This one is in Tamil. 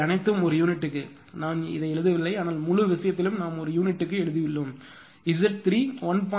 இவை அனைத்தும் ஒரு யூனிட்டுக்கு நான் எழுதவில்லை ஆனால் முழு விஷயத்திலும் நாம் ஒரு யூனிட்டுக்கு எழுதியுள்ளோம் Z3 1